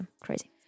crazy